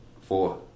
Four